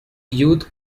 youth